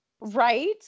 Right